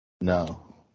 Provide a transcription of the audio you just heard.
No